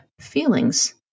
feelings